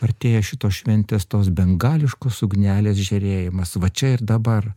artėja šitos šventės tos bengališkos ugnelės žėrėjimas va čia ir dabar